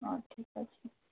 ଠିକ୍ ଅଛି